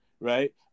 right